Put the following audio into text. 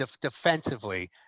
defensively